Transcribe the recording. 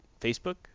Facebook